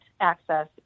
access